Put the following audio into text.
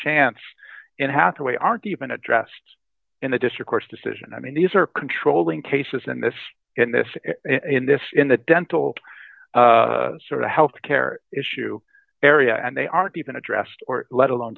chance and hathaway aren't even addressed in the district course decision i mean these are controlling cases and this in this in this in the dental sort of health care issue area and they aren't even addressed or let alone